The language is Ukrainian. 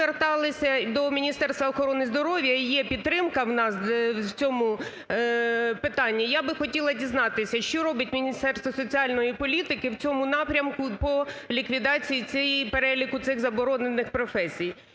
зверталися до Міністерства охорони здоров'я і є підтримка в нас в цьому питанні. Я би хотіла дізнатися що робить Міністерство соціальної політики в цьому напрямку по ліквідації переліку цих заборонених професій?